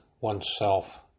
oneself